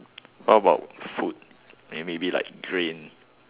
what about food may~ maybe like grain